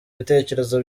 ibitekerezo